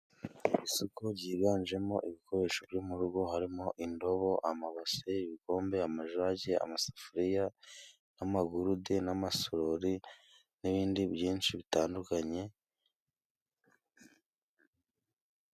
Isuku ryiganjemo ibikoresho byo murugo, harimo indobo, amabase, ibikombe, amajage, amasafuriya, n'amagurude, n'amasorori, n'ibindi byinshi bitandukanye.